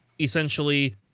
essentially